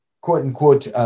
quote-unquote